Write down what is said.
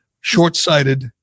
short-sighted